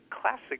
classic